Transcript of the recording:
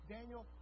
Daniel